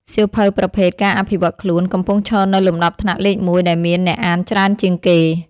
សៀវភៅប្រភេទ ការអភិវឌ្ឍខ្លួន កំពុងឈរនៅលំដាប់ថ្នាក់លេខមួយដែលមានអ្នកអានច្រើនជាងគេ។